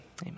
Amen